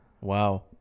Wow